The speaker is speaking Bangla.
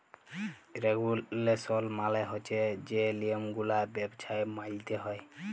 রেগুলেশল মালে হছে যে লিয়মগুলা ব্যবছায় মাইলতে হ্যয়